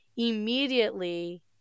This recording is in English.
immediately